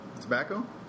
Tobacco